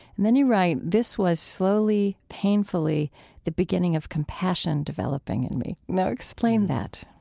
and then you write, this was slowly, painfully the beginning of compassion developing in me. now, explain that